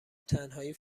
تنهایی